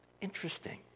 interesting